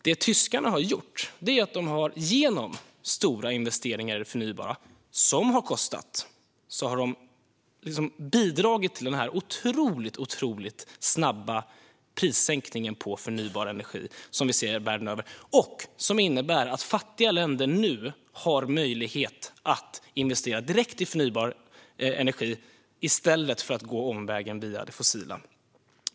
Det tyskarna har gjort är att genom stora investeringar i det förnybara - investeringar som har kostat bidra till den otroligt snabba prissänkning på förnybar energi som vi ser världen över, som innebär att fattiga länder nu har möjlighet att investera direkt i förnybar energi i stället för att gå omvägen via det fossila.